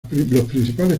principales